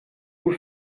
vous